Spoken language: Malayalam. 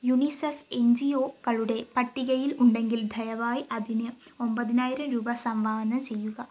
യുണിസെഫ് എൻ ജി ഒകളുടെ പട്ടികയിൽ ഉണ്ടെങ്കിൽ ദയവായി അതിന് ഒമ്പതിനായിരം രൂപ സംഭാവന ചെയ്യുക